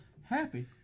Happy